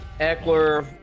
Eckler